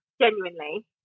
genuinely